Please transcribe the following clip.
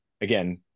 again